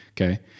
Okay